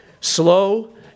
slow